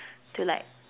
to like